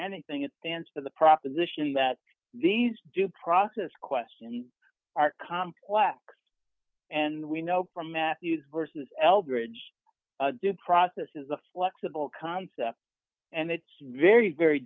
anything it stands for the proposition that these due process questions are complex and we know from matthew's verses elbridge due process is a flexible concept and it's very very